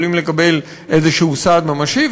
יכולים לקבל איזה סעד ממשי,